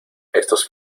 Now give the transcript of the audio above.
estos